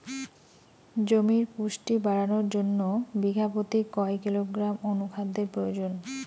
জমির পুষ্টি বাড়ানোর জন্য বিঘা প্রতি কয় কিলোগ্রাম অণু খাদ্যের প্রয়োজন?